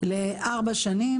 לארבע שנים.